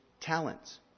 talents